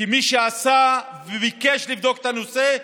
כמי שעשה וביקש לבדוק את הנושא.